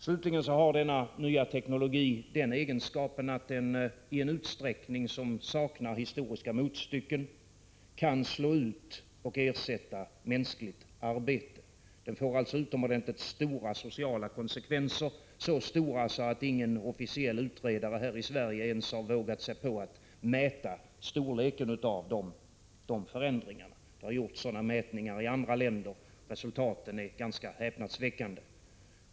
Slutligen har denna nya teknologi den egenskapen att den i en utsträckning som saknar historiska motstycken kan slå ut och ersätta mänskligt arbete. Den får alltså utomordentligt stora sociala konsekvenser, så stora att ingen officiell utredare här i Sverige ens har vågat sig på att mäta storleken av förändringarna. Det har gjorts sådana mätningar i andra länder. Resultaten är ganska häpnadsväckande.